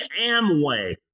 Amway